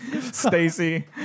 Stacy